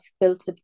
built